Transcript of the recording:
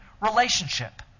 relationship